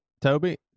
Toby